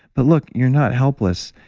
but look, you're not helpless,